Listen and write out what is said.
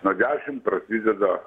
nuo dešim prasideda